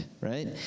right